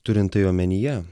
turint tai omenyje